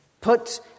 Put